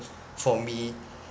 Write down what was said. for me